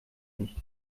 nicht